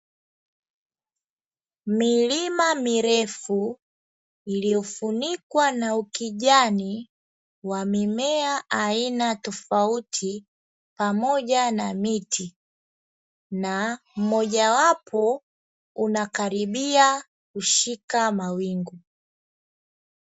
Milima mirefu iliyofunikwa na ukijani wa mimea aina tofauti, pamoja na miti na mmojawapo unakaribia kushika mawingu.